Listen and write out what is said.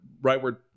rightward